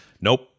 Nope